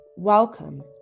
Welcome